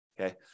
Okay